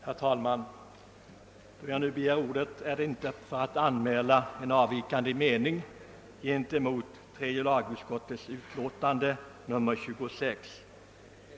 Herr talman! Anledningen till att jag begärt ordet är inte att jag vill anmäla en mening som avviker från den som framförts i tredje lagutskottets utlåtande nr 26.